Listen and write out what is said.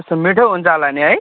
कस्तो मिठो हुन्छ होला नि है